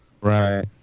Right